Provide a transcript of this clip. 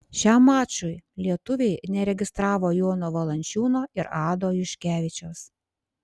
šiam mačui lietuviai neregistravo jono valančiūno ir ado juškevičiaus